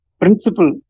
principle